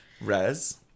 Res